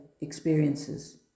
experiences